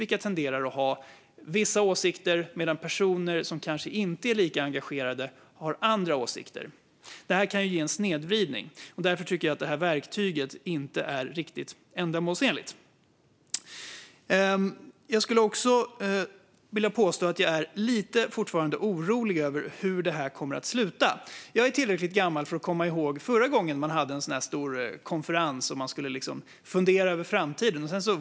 De tenderar att ha vissa åsikter medan personer som kanske inte är lika engagerade har andra åsikter. Det kan ge en snedvridning. Därför tycker jag att verktyget inte är riktigt ändamålsenligt. Jag skulle vilja påstå att jag fortfarande är lite orolig över hur det kommer att sluta. Jag är tillräckligt gammal för att komma ihåg förra gången man hade en stor konferens där man skulle fundera över framtiden.